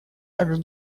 также